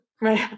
Right